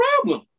problem